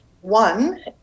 one